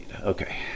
Okay